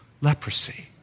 leprosy